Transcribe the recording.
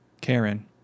Karen